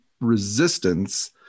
resistance